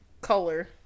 color